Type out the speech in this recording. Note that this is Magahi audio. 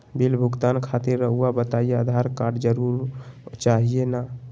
बिल भुगतान खातिर रहुआ बताइं आधार कार्ड जरूर चाहे ना?